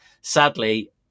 Sadly